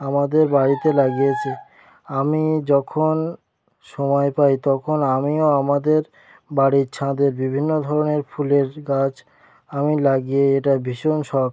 আমাদের বাড়িতে লাগিয়েছে আমি যখন সময় পাই তখন আমিও আমাদের বাড়ির ছাদে বিভিন্ন ধরনের ফুলের গাছ আমি লাগিয়ে এটা ভীষণ শখ